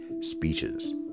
speeches